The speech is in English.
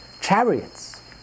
chariots